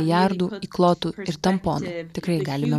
jardų įklotų ir tamponų tikrai galime